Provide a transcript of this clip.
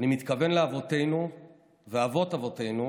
"אני מתכוון לאבותינו ואבות אבותינו,